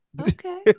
Okay